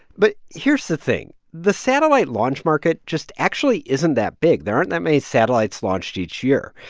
but here's the thing. the satellite launch market just actually isn't that big. there aren't that many satellites launched each year.